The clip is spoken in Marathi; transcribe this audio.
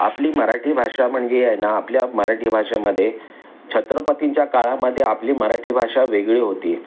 आपली मराठी भाषा म्हणजे हे ना आपल्या मराठी भाषेमध्ये छत्रपतींच्या काळामध्ये आपली मराठी भाषा वेगळी होती